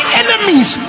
enemies